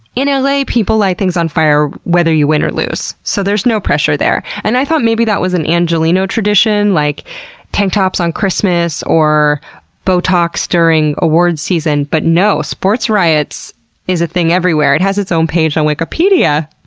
in la, people light things on fire whether you win or lose, so there's no pressure there. and i thought maybe that was an angelino tradition, like tank tops on christmas or botox during awards season, but no, sports riots is a thing everywhere. it has its own page on wikipedia!